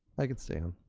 i could stay on.